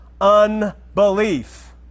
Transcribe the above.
unbelief